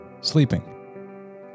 sleeping